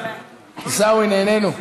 עיסאווי, נהנינו.